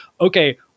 okay